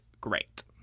great